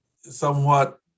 somewhat